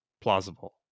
plausible